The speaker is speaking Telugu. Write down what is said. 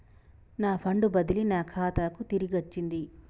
నా ఫండ్ బదిలీ నా ఖాతాకు తిరిగచ్చింది